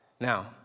Now